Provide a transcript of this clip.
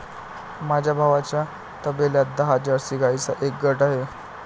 माझ्या भावाच्या तबेल्यात दहा जर्सी गाईंचा एक गट आहे